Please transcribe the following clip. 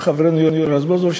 וחברנו יואל רזבוזוב,